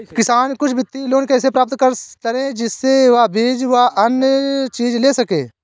किसान कुछ वित्तीय लोन कैसे प्राप्त करें जिससे वह बीज व अन्य चीज ले सके?